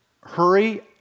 hurry